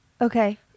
Okay